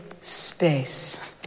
space